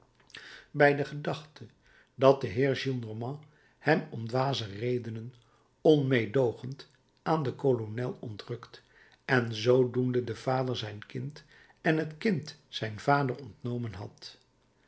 bij de gedachte dat de heer gillenormand hem om dwaze redenen onmeedoogend aan den kolonel ontrukt en zoodoende den vader zijn kind en het kind zijn vader ontnomen had